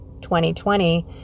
2020